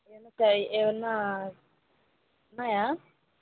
ఏన్నా ఏమైనా ఉన్నాయా